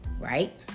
right